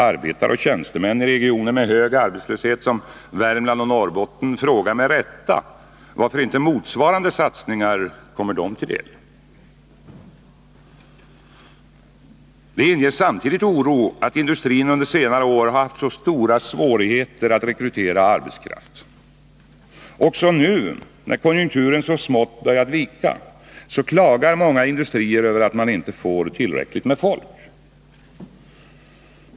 Arbetare och tjänstemän i regioner med hög arbetslöshet som Värmland och Norrbotten frågar med rätta, varför inte motsvarande satsningar kommer dem till del. Det inger samtidigt oro att industrin under senare år haft så stora svårigheter att rekrytera arbetskraft. Också nu, när konjunkturen så smått börjar vika, klagar många industrier över att man inte får tillräckligt med folk.